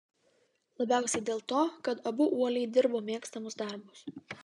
labiausiai dėl to kad abu uoliai dirbo mėgstamus darbus